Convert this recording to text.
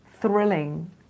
thrilling